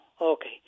okay